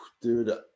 Dude